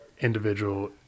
individual